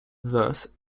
thus